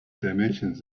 dimensions